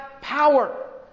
power